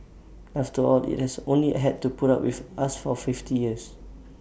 after all IT has only had to put up with us for fifty years